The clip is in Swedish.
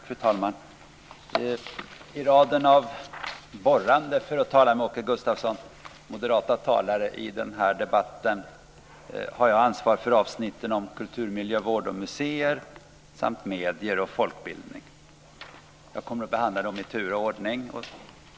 Fru talman! I raden av "borrande" - för att tala med Åke Gustavsson - moderata talare i denna debatt har jag ansvar för avsnitten om kulturmiljövård och museer samt medier och folkbildning. Jag kommer att behandla dem i tur och ordning.